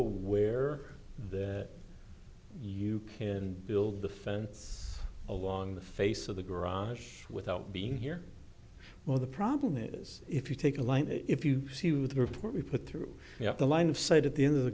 aware that you can build the fence along the face of the garage without being here or the problem is if you take a line if you see with the report we put through the line of sight at the end of the